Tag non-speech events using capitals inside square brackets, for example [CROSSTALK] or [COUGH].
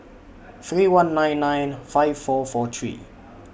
[NOISE] three one nine nine five four four three